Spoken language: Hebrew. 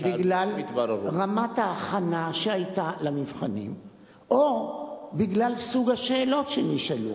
בגלל רמת ההכנה שהיתה לנבחנים או בגלל סוג השאלות שנשאלו.